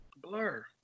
Blur